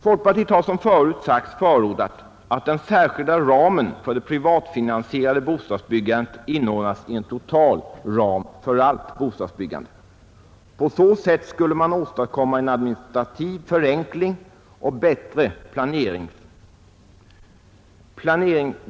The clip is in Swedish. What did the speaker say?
Folkpartiet har som jag sade tidigare förordat att den särskilda ramen för det privatfinansierade bostadsbyggandet inordnas i en totalram för allt bostadsbyggande. På det sättet skulle man åstadkomma en administrativ förenkling och bättre planering.